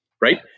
right